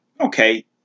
okay